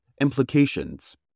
implications